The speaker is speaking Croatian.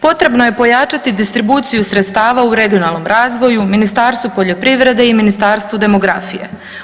Potrebno je pojačati distribuciju sredstava u regionalnom razvoju Ministarstvu poljoprivrede i Ministarstvu demografije.